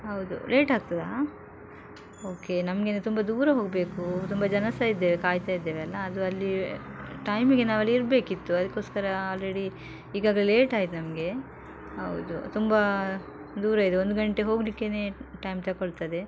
ಹೌದು ಲೇಟ್ ಆಗ್ತದಾ ಓಕೆ ನಮಗೆ ಇನ್ನು ತುಂಬ ದೂರ ಹೋಗಬೇಕು ತುಂಬ ಜನ ಸಹ ಇದ್ದೇವೆ ಕಾಯ್ತ ಇದ್ದೆವಲ್ಲ ಅದು ಅಲ್ಲಿ ಟೈಮಿಗೆ ನಾವು ಅಲ್ಲಿ ಇರಬೇಕಿತ್ತು ಅದಕ್ಕೋಸ್ಕರ ಆಲ್ರೆಡಿ ಈಗಾಗಲೆ ಲೇಟ್ ಆಯ್ತು ನಮಗೆ ಹೌದು ತುಂಬ ದೂರ ಇದೆ ಒಂದು ಗಂಟೆ ಹೋಗಲಿಕ್ಕೆ ಟೈಮ್ ತಗೊಳ್ತದೆ